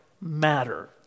matter